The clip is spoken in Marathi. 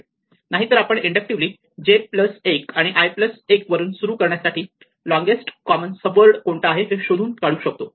नाहीतर आपण इंदुकटीव्हली j प्लस 1 आणि i प्लस 1 वरून सुरू करण्यासाठी लोंगेस्ट कॉमन सब वर्ड कोणता आहे हे शोधून काढू शकतो